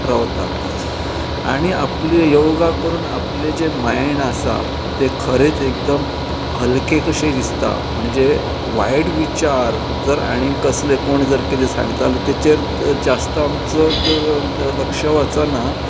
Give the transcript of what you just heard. रावता आनी आपलें योगा करून आपलें जें मायंड आसा तें खरेंच एकदम हलकें कशें दिसता म्हणजे वायट विचार जर आनी कसलें कोण जर कितेें सांगताले तेचेर जास्त आमचें त लक्ष वचना